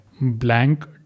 blank